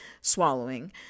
swallowing